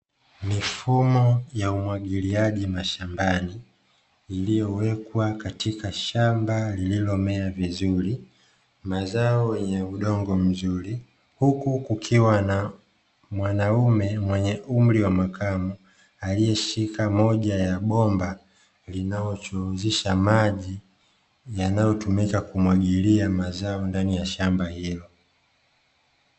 Mifumo ya umwagiliaji mashambani, iliyowekwa katika shamba lililomea vizuri mazao ya udongo mzuri. Huku kukiwa na mwanaume mwenye umri wa makamo, aliyeshika moja ya bomba linalochuruzisha maji, yanayotumika kumwagilia mazao ndani ya shamba hilo.